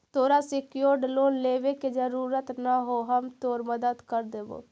तोरा secured loan लेने के जरूरत न हो, हम तोर मदद कर देबो